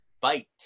Bite